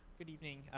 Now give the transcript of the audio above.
good evening.